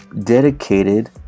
dedicated